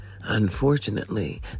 Unfortunately